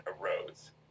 arose